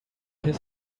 his